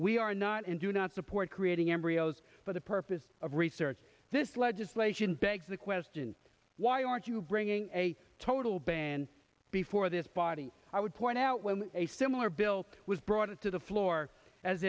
we are not and do not support creating embryos for the purpose of research this legislation begs the question why aren't you bringing a total ban before this body i would point out when a similar bill was brought to the floor as